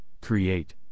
create